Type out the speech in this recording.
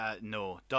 no